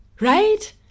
Right